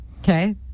Okay